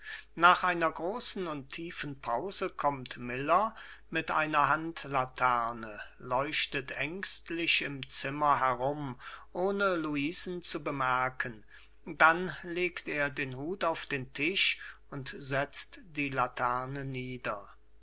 nach einer großen und tiefen pause kommt miller mit einer handlaterne leuchtet ängstlich im zimmer herum ohne luisen zu bemerken dann legt er den hut auf den tisch und setzt die laterne nieder